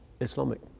Islamic